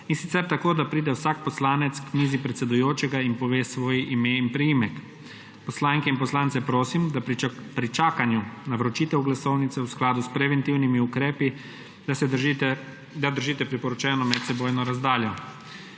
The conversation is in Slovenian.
in sicer tako, da pride vsak poslanec k mizi predsedujočega in pove svoje ime in priimek. Poslanke in poslance prosim, da pri čakanju na vročitev glasovnice v skladu s preventivnimi ukrepi držite priporočeno medsebojno razdaljo.